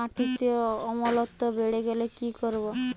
মাটিতে অম্লত্ব বেড়েগেলে কি করব?